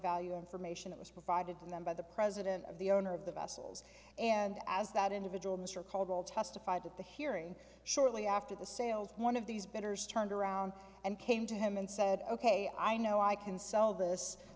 value information that was provided to them by the president of the owner of the vessels and as that individual mr caldwell testified at the hearing shortly after the sales one of these bidders turned around and came to him and said ok i know i can sell this